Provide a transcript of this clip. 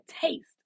taste